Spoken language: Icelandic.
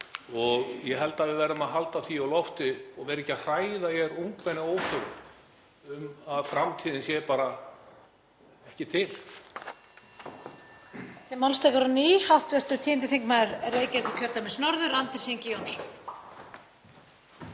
Ég held að við verðum að halda því á lofti og vera ekki að hræða ungmenni að óþörfu um að framtíðin sé bara ekki til.